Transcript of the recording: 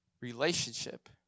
Relationship